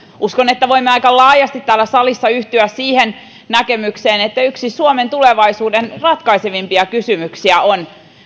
uskon että voimme aika laajasti täällä salissa yhtyä siihen näkemykseen että yksi suomen tulevaisuuden ratkaisevimpia kysymyksiä on